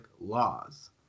laws